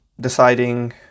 deciding